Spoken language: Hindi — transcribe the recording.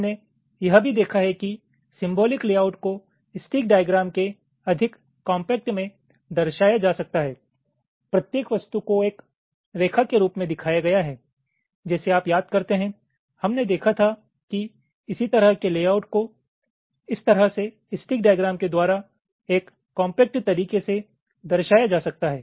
हमने यह भी देखा है कि सिम्बोलिक लेआउट को स्टिक डाईग्राम के अधिक कॉम्पैक्ट में दर्शाया जा सकता है प्रत्येक वस्तु को एक रेखा के रूप में दिखाया गया है जैसे आप याद करते हैं कि हमने देखा था कि इसी तरह के लेआउट को इस तरह से स्टिक डाईग्राम के द्वारा एक कॉम्पैक्ट तरीके से दर्शाया जा सकता है